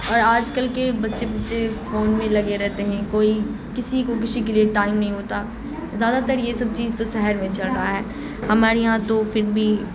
اور آج کل کے بچے بچے فون میں لگے رہتے ہیں کوئی کسی کو کسی کے لیے ٹائم نہیں ہوتا زیادہ تر یہ سب چیز تو شہر میں چل رہا ہے ہمارے یہاں تو پھر بھی